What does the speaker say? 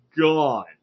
gone